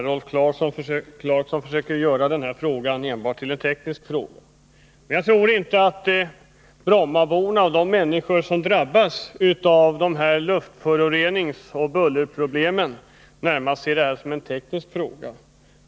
Herr talman! Rolf Clarkson försöker göra den här frågan till enbart en teknisk fråga. Men jag tror inte att brommaborna och de människor som drabbas av luftföroreningarna och bullret närmast ser det som en teknisk fråga.